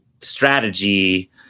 strategy